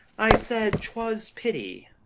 i said twas pity.